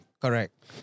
Correct